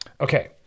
Okay